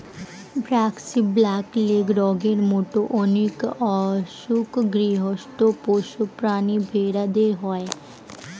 braxy, black leg রোগের মত অনেক অসুখ গৃহস্ত পোষ্য প্রাণী ভেড়াদের হয়